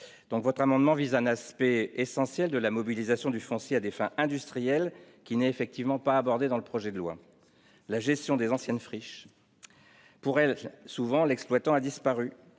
Votre amendement vise un aspect essentiel de la mobilisation du foncier à des fins industrielles qui n'est de fait pas abordé par le projet de loi, à savoir la gestion des anciennes friches. En effet, souvent, l'exploitant a disparu.